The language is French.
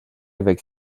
avec